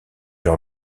leur